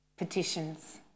petitions